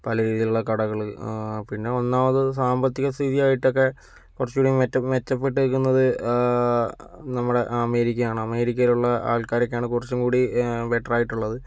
പല രീതിയിലുള്ള കടകള് പിന്നെ ഒന്നാമത് സാമ്പത്തിക സ്ഥിതി ആയിട്ടൊക്കെ കുറച്ചും കൂടി മെച്ച മെച്ചപ്പെട്ട് നിക്കുന്നത് നമ്മുടെ അമേരിക്കയാണ് അമേരിക്കയിലുള്ള ആൾക്കാരൊക്കെയാണ് കുറച്ചും കൂടി ബെറ്റർ ആയിട്ടുള്ളത്